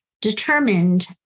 determined